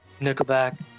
nickelback